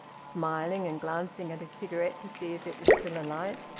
smiling, and glancing at his cigarette to see if it was still alight.